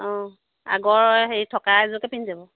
অঁ আগৰ হেৰি থকা এযোৰকে পিন্ধিব